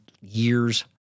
years